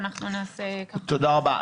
תודה רבה.